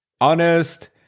honest